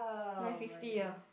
nine fifty ah